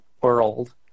world